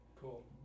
cool